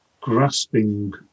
grasping